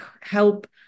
help